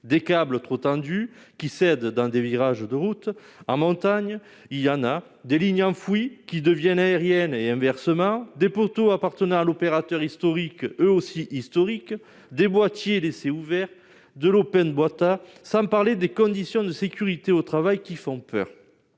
des câbles trop tendu qui cède un des virages de route en montagne il y en a des lignes enfouies qui deviennent aérienne et inversement, des poteaux appartenant à l'opérateur historique eux aussi historique des boîtiers laisser ouvert de l'Open Beta, sans parler des conditions de sécurité au travail qui font peur,